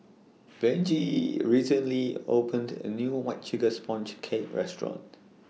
Benji recently opened A New White Sugar Sponge Cake Restaurant